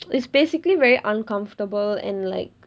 it's basically very uncomfortable and like